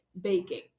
baking